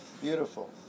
Beautiful